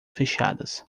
fechadas